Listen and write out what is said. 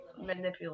Manipulate